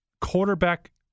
Quarterback